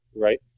Right